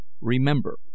Remember